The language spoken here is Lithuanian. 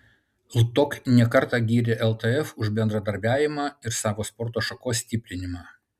ltok ne kartą gyrė ltf už bendradarbiavimą ir savo sporto šakos stiprinimą